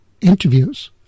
interviews